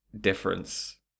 difference